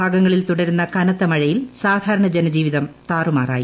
ഭാഗങ്ങളിൽ തുടരുന്ന കനത്ത മഴയിൽ സാധാരണ ജനജീവിതം താറുമാറായി